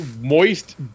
moist